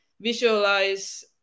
visualize